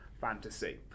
fantasy